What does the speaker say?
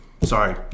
Sorry